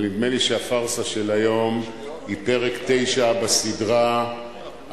אבל נדמה לי שהפארסה של היום היא פרק 9 בסדרה "עלילות